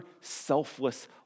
selfless